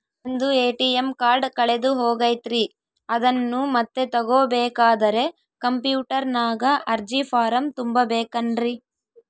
ನಂದು ATM card ಕಳೆದು ಹೋಗೈತ್ರಿ ಅದನ್ನು ಮತ್ತೆ ತಗೋಬೇಕಾದರೆ ಕಂಪ್ಯೂಟರ್ ನಾಗ ಅರ್ಜಿ ಫಾರಂ ತುಂಬಬೇಕನ್ರಿ?